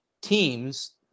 teams